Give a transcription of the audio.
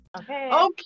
Okay